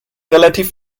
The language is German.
relativ